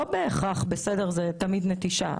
לא בהכרח זה תמיד נטישה.